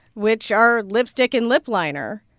which are lipstick and lip liner.